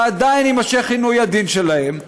ועדיין יימשך עינוי הדין שלהם,